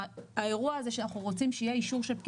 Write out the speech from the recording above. האירוע הזה שאנחנו רוצים שיהיה אישור של פקיד